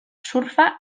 surfa